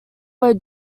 were